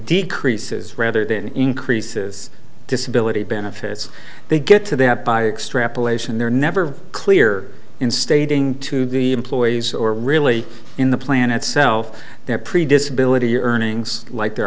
decreases rather than increases disability benefits they get to that by extrapolation they're never clear in stating to the employees or really in the plan itself they're pretty disability or earnings like their